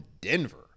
Denver